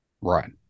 right